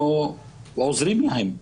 אנחנו עוזרם להם לפנות,